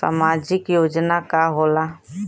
सामाजिक योजना का होला?